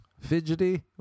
Fidgety